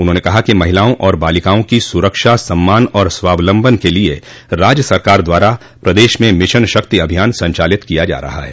उन्होंन कहा कि महिलाओं और बालिकाओं की सुरक्षा सम्मान और स्वालम्बन के लिए राज्य सरकार द्वारा प्रदेश में मिशन शक्ति अभियान संचालित किया जा रहा है